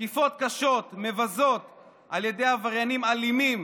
קשות ומבזות על ידי עבריינים אלימים